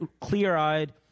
clear-eyed